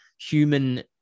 human